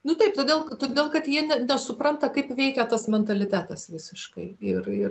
nu taip todėl todėl kad jie nesupranta kaip veikia tas mentalitetas visiškai ir ir